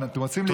למה לשקר?